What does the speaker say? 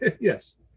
Yes